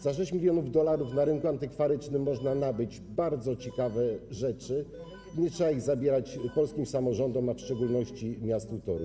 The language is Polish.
Za 6 mln dolarów na rynku antykwarycznym można nabyć bardzo ciekawe rzeczy, nie trzeba ich zabierać polskim samorządom, a w szczególności miastu Toruń.